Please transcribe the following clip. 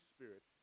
Spirit